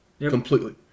Completely